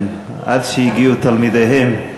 כן, עד שהגיעו תלמידיהם.